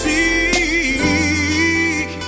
Seek